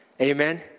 Amen